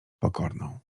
pokorną